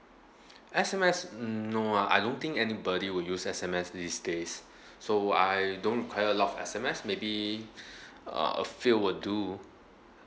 S_M_S no ah I don't think anybody will use S_M_S these days so I don't quite a lot S_M_S maybe uh a few will do